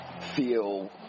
feel